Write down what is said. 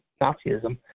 Nazism